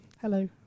Hello